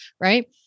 right